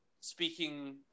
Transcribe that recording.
speaking